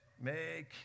make